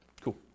Cool